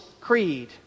Creed